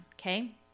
okay